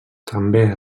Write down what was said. també